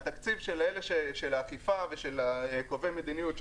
והתקציב של האכיפה ושל קובעי המדיניות,